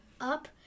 up